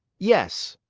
yes.